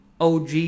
OG